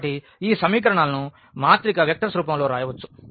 కాబట్టి ఈ సమీకరణాలను మాత్రిక వెక్టర్స్ రూపంలో వ్రాయవచ్చు